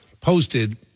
posted